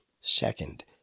Second